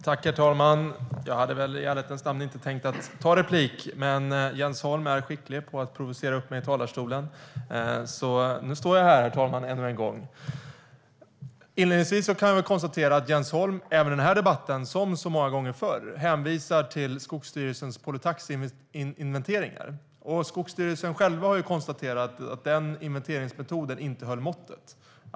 Herr talman! Jag hade väl i ärlighetens namn inte tänkt ta replik, men Jens Holm är skicklig på att provocera upp mig i talarstolen, så nu står jag här ännu en gång. Inledningsvis kan jag konstatera att Jens Holm även i den här debatten, som så många gånger förr, hänvisar till Skogsstyrelsens polytaxinventeringar. Men Skogsstyrelsen själv har konstaterat att den inventeringsmetoden inte höll måttet.